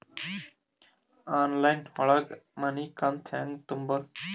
Online ಒಳಗ ಮನಿಕಂತ ಹ್ಯಾಂಗ ತುಂಬುದು?